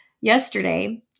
yesterday